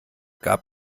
gab